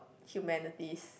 humanities